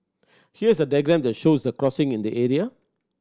here is a diagram that shows the crossing in the area